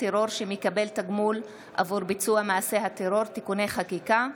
טרור שמקבל תגמול עבור ביצוע מעשה הטרור (תיקוני חקיקה),